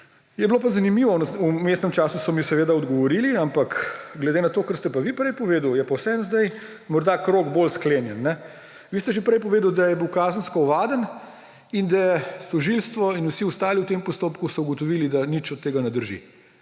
pa bilo zanimivo, v vmesnem času so mi odgovorili, ampak glede na to, kar ste pa vi prej povedali, je pa vseeno sedaj morda krog bolj sklenjen. Vi ste že prej povedali, da je bil kazensko ovaden in da tožilstvo in vsi ostali v tem postopku so ugotovili, da nič od tega ne drži;